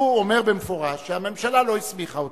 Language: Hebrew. הוא אומר במפורש שהממשלה לא הסמיכה אותו.